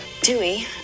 Dewey